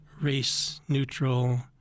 race-neutral